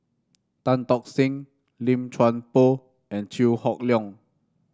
Tan Tock Seng Lim Chuan Poh and Chew Hock Leong